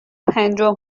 پنجم